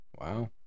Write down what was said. Wow